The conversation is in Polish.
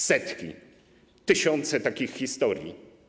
Setki, tysiące takich historii.